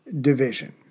division